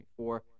2024